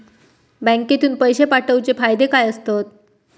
बँकेतून पैशे पाठवूचे फायदे काय असतत?